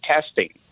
testing